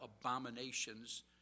abominations